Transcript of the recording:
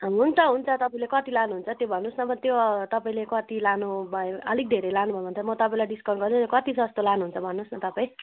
हुन्छ हुन्छ तपाईँले कति लानुहुन्छ त्यो भन्नुहोस् न म त्यो तपाईँले कति लानु भयो अलिक धेरै लानु भयो भने त म तपाईँलाई डिस्काउन्ट गरेर कति जस्तो लानुहुन्छ भन्नुहोस् न तपाईँ